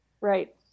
Right